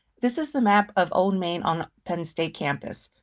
this is the map of old main on penn state campus,